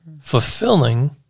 fulfilling